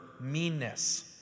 meanness